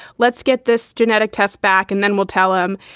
let's get this genetic test back. and then we'll tell him.